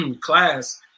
class